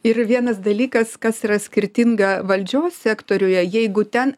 ir vienas dalykas kas yra skirtinga valdžios sektoriuje jeigu ten